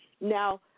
Now